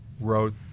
wrote